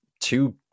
two